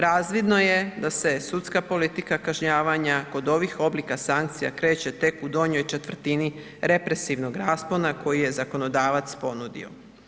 Razvidno je da se sudska politika kažnjavanja kod ovih oblika sankcija kreće tek u donjoj četvrtini represivnog raspona koji je zakonodavac ponudio.